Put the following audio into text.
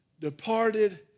departed